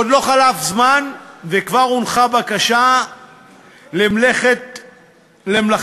עוד לא חלף זמן וכבר הונחה בקשה למלאכה נוספת,